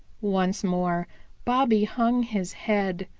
once more bobby hung his head.